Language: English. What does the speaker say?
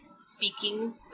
speaking